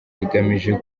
rigamije